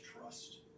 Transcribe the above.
trust